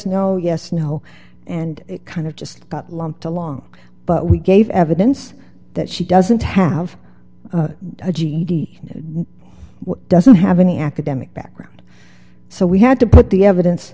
yes no yes no and kind of just got lumped along but we gave evidence that she doesn't have a ged doesn't have any academic background so we had to put the evidence